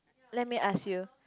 let me ask you